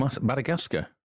Madagascar